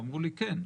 ואמרו לי כן.